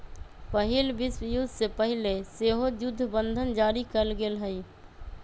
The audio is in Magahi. पहिल विश्वयुद्ध से पहिले सेहो जुद्ध बंधन जारी कयल गेल हइ